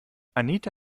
anita